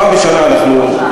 פעם בשנה אנחנו,